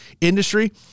industry